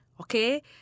Okay